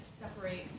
separates